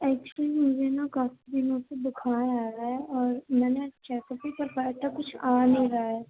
actually مجھے نا كافی دِنوں سے بُخار آ رہا ہے اور میں نے چیک اپ بھی کروایا تھا کچھ آ نہیں رہا ہے